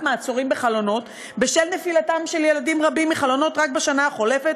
מעצורים בחלונות בשל נפילת ילדים רבים מחלונות רק בשנה החולפת,